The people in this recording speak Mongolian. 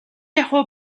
ахуй